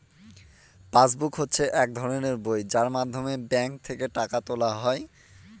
pass book হচ্ছে এক ধরনের বই যার মাধ্যমে ব্যাঙ্ক থেকে টাকা তোলা হয়